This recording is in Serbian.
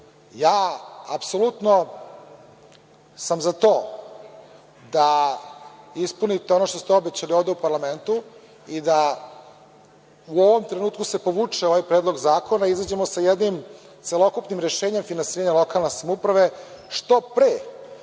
Apsolutno sam za to da ispunite ono što ste obećali ovde u parlamentu i da u ovom trenutku se povuče ovaj predlog zakona i izađemo sa jednim celokupnim rešenjem finansiranja lokalne samouprave što pre,